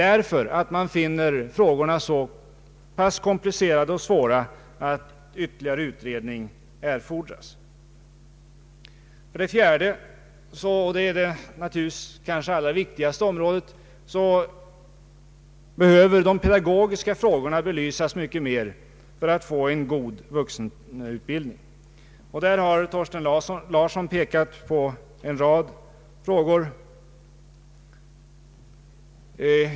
Man har funnit frågorna så komplicerade och svåra att ytterligare utredning erfordras innan förslag föreläggs riksdagen. För det fjärde — och det är kanske det allra viktigaste området — behöver de pedagogiska frågorna belysas mycket mera för att man skall få en god vuxenutbildning. Här har herr Thorsten Larsson pekat på en rad frågor.